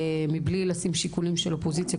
מבלי לשים שיקולים של אופוזיציה,